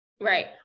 Right